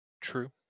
True